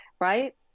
right